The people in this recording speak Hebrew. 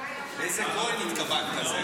לאיזה כהן התכוונת?